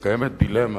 קיימת דילמה,